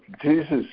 Jesus